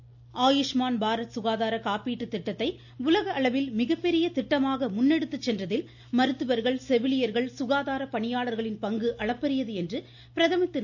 பிரதமர் ஆயுஷ்மான் ஆயுஷ்மான் பாரத் கசகாதார காப்பீடு திட்டத்தை உலக அளவில் மிகப்பெரிய திட்டமாக முன்னெடுத்துச் சென்றதில் மருத்துவர்கள் செவிலியர்கள் சுகாதார பணியாளர்களின் பங்கு அளப்பரியது என்று பிரதமர் திரு